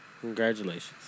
Congratulations